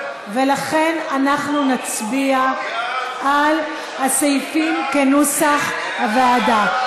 ולכן אנחנו נצביע על הסעיפים כנוסח הוועדה.